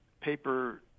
paper